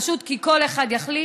פשוט כי כל אחד יחליט